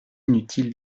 inutile